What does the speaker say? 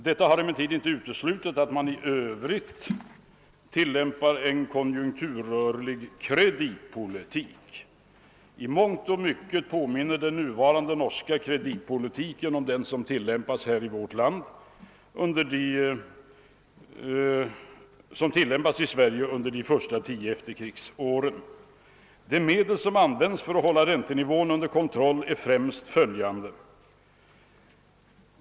Detta har emellertid inte uteslutit att man i övrigt tillämpar en konjunkturrörlig kreditpolitik. I mångt och mycket påminner den nuvarande norska kreditpolitiken om den som tillämpades i Sverige under de första tio efterkrigsåren. De medel:som används för att hålla räntenivån under kontroll är främst följande.